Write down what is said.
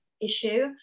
issue